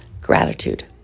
gratitude